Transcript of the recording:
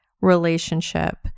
relationship